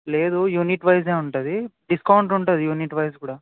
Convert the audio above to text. లేదు unit wise ఉంటుంది discount ఉంటుంది యూనిట్ వైజ్ కూడా